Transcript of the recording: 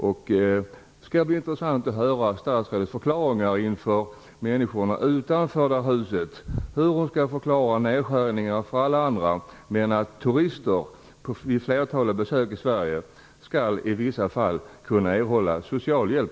Det skall bli intressant att höra statsrådets förklaringar inför människorna utanför detta hus. Det handlar ju om att förklara nedskärningarna för alla andra. Men turister skall vid flertalet besök i Sverige, i vissa fall, kunna erhålla socialhjälp.